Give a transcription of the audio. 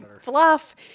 fluff